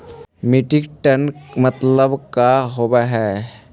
Metric ton मतलब का होव हइ?